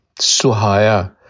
Suhaya